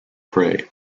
prey